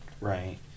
Right